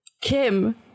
Kim